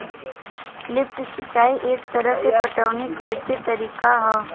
lift सिंचाई एक तरह के पटवनी करेके तरीका ह